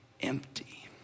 empty